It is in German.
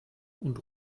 und